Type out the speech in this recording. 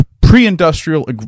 pre-industrial